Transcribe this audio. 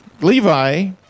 Levi